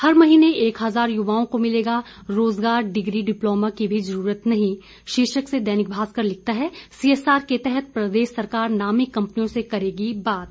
हर महीने एक हजार युवाओं को मिलेगा रोजगार डिग्री डिप्लोमा की भी जरूरत नहीं शीर्षक से दैनिक भास्कर लिखता है सीएसआर के तहत प्रदेश सरकार नामी कंपनियों से करेगी बात